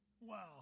Wow